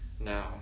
now